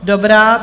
Dobrá.